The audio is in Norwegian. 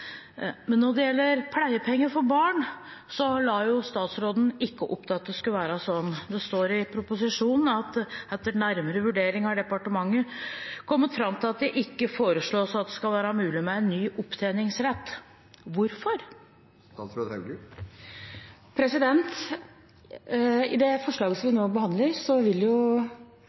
Men når det gjelder pleiepenger for barn, la statsråden ikke opp til at det skulle være sånn. Det står i proposisjonen: «Etter nærmere vurdering har departementet kommet fram til at det ikke foreslås at det skal være mulig med ny opptjeningsrett.» Hvorfor? Med det forslaget som vi nå behandler, vil